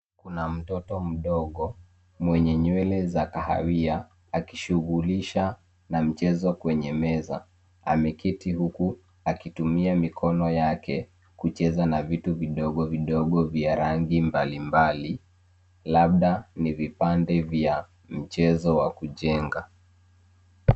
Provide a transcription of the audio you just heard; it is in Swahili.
Kuna mtoto mdogo, mwenye nywele za kahawia, akishughulisha na mchezo kwenye meza. Ameketi huku akitumia mikono yake kucheza na vitu vidogo vidogo vya rangi mbalimbali labda ni vipande vya mchezo wa kujenga.